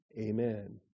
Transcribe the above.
amen